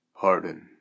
Pardon